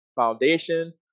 Foundation